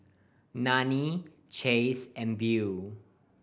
Nannie Chace and Beau